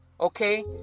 okay